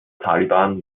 taliban